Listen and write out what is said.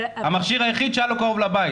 המכשיר היחיד שהיה לו קרוב לבית.